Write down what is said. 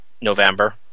November